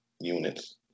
units